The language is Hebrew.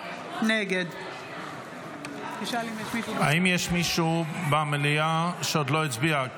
נגד האם יש מישהו במליאה שעוד לא הצביע?